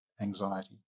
anxiety